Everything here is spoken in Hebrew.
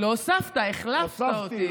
לא הוספת, החלפת אותי.